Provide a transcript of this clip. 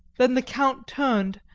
then the count turned,